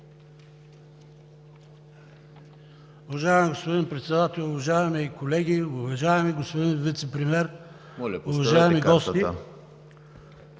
Уважаеми господин Председател, уважаеми колеги, уважаеми господин Вицепремиер, уважаеми гости!